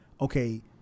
okay